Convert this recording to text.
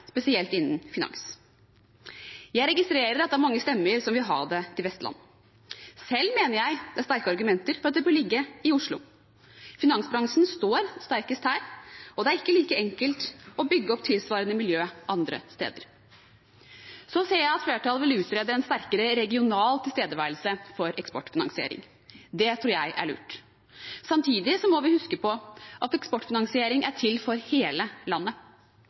spesielt innen finans. Jeg registrerer at det er mange stemmer som vil ha det til Vestlandet. Selv mener jeg det er sterke argumenter for at det bør ligge i Oslo. Finansbransjen står sterkest her, og det er ikke like enkelt å bygge opp tilsvarende miljø andre steder. Så ser jeg at flertallet vil utrede en sterkere regional tilstedeværelse for Eksportfinansiering. Det tror jeg er lurt. Samtidig må vi huske på at Eksportfinansiering er til for hele landet.